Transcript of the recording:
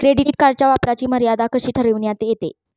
Credit कार्डच्या वापराची मर्यादा कशी ठरविण्यात येते?